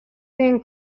been